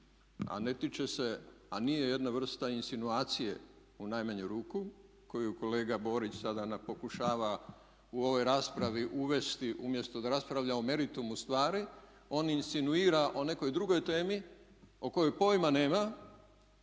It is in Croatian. a ne tiče se a nije jedna vrsta insinuacije u najmanju ruku koju kolega Borić sada pokušava u ovoj raspravi uvesti umjesto da raspravlja o meritumu stvari on insinuira o nekoj drugoj temi o kojoj pojma nema